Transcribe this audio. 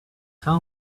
tell